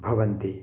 भवन्ति